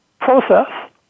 process